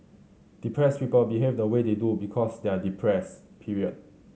depressed people behave the way they do because they are depressed period